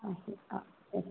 okay ಹಾಂ ಸರಿ